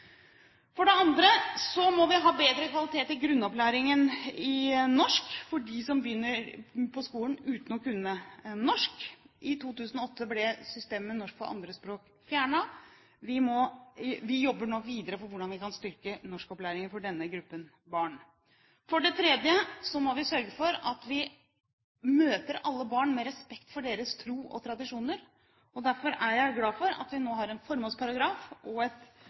For det andre må vi ha bedre kvalitet i grunnopplæringen i norsk for dem som begynner på skolen uten å kunne norsk. I 2008 ble systemet med norsk som andrespråk fjernet. Vi jobber nå videre med hvordan vi skal styrke norskopplæringen for denne gruppen barn. For det tredje må vi sørge for at vi møter alle barn med respekt for deres tro og tradisjoner. Derfor er jeg glad for at vi nå har en formålsparagraf og et